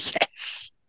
yes